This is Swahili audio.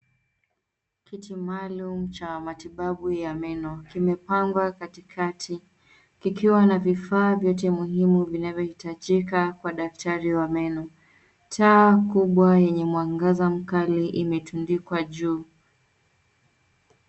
Kiti maalum cha matibabu ya meno, kimepangwa katikati, kikiwa na vifaa vyote, muhimu vinavyohitajika, kwa daktari wa meno, taa kubwa, yenye mwangaza mkali, imetundikwa juu.